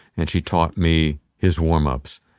and she taught me his warm ups.